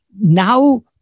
Now